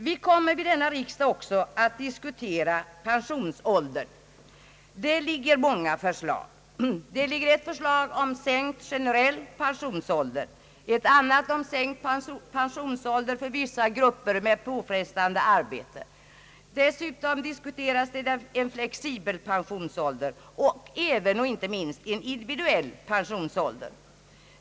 Vi skall vid denna riksdag också diskutera pensionsåldern. Det finns många förslag, ett om sänkt generell pensionsålder och ett annat om sänkt pensionsålder för vissa grupper med påfrestande arbete. Dessutom diskuteras en flexibel pensionsålder och även, men inte minst, en individuell pensionsålder.